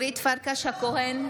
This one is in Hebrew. (קוראת בשמות חברי הכנסת) אורית פרקש הכהן,